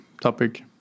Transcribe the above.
topic